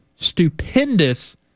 stupendous